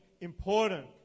important